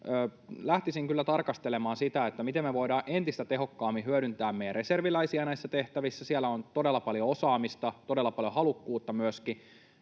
lähtisin kyllä tarkastelemaan sitä, miten me voidaan entistä tehokkaammin hyödyntää meidän reserviläisiä näissä tehtävissä. Siellä on todella paljon osaamista, todella paljon halukkuutta myöskin